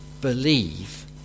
believe